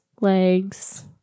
legs